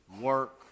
work